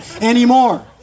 anymore